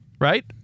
right